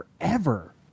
forever